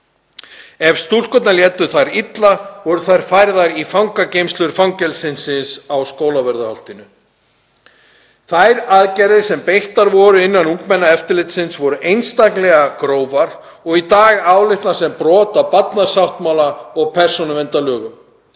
Ef stúlkurnar létu illa voru þær færðar í fangageymslur fangelsisins á Skólavörðuholtinu. Þær aðgerðir sem beitt var innan ungmennaeftirlitsins voru einstaklega grófar og í dag álitnar brot á barnasáttmála og persónuverndarlögum.